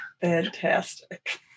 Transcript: Fantastic